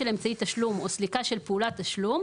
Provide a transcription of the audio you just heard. אמצעי תשלום או סליקה של פעולת תשלום",